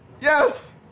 Yes